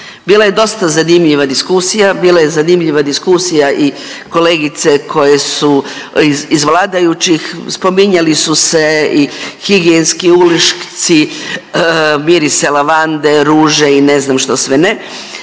Bila je dosta zanimljiva diskusija, bila je zanimljiva diskusija i kolegice koje su, iz vladajućih. Spominjali su se i higijenski ulošci, mirisi lavande, ruže i ne znam što sve ne.